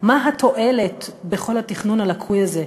מה התועלת בכל התכנון הלקוי הזה?